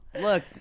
Look